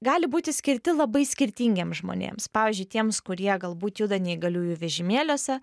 gali būti skirti labai skirtingiem žmonėms pavyzdžiui tiems kurie galbūt juda neįgaliųjų vežimėliuose